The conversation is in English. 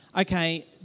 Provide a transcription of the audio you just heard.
okay